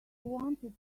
wanted